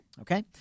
Okay